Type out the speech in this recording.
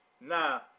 Now